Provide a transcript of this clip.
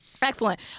Excellent